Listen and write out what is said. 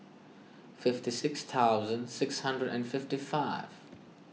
fifty six thousand six hundred and fifty five